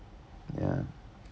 ya